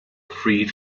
free